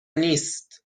نیست